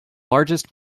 largest